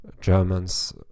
germans